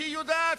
כשהיא יודעת,